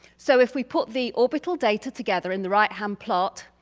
so if we put the orbital data together in the right hand plot,